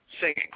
Singing